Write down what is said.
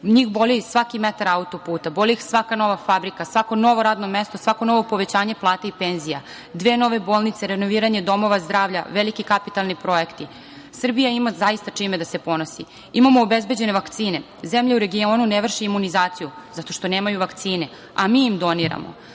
Njih boli svaki metar auto-puta, boli ih svaka nova fabrika, svako novo radno mesto, svako novo povećanje plata i penzija, dve nove bolnice, renoviranje domova zdravlja, veliki kapitalni projekti. Srbija zaista ima čime da se ponosi. Imamo obezbeđene vakcine. Zemlje u regionu ne vrše imunizaciju zato što nemaju vakcine, a mi im